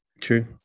true